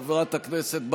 את חברת הכנסת ברק,